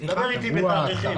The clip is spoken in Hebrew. תדבר איתי בתאריכים.